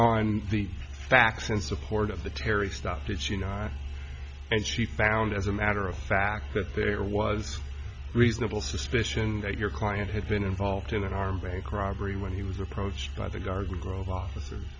on the facts in support of the terry stuff which you know and she found as a matter of fact that there was reasonable suspicion that your client had been involved in an armed bank robbery when he was approached by the garden grove officer